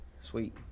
Sweet